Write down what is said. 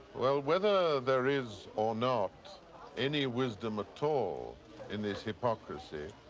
well, whether there is or not any wisdom at all in this hypocrisy,